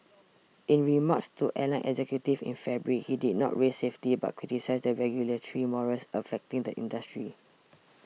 in remarks to airline executives in February he did not raise safety but criticised the regulatory morass affecting the industry